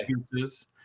excuses